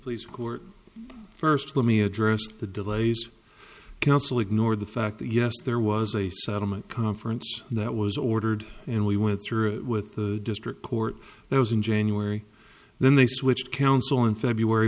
please court first let me address the delays counsel ignored the fact that yes there was a settlement conference that was ordered and we went through with the district court that was in january then they switched counsel in february